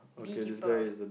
bee keeper